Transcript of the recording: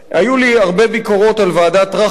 היו לי הרבה ביקורות על ועדת-טרכטנברג,